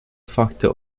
facto